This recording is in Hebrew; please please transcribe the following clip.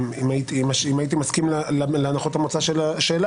אם הייתי מסכים להנחות המוצא שלך,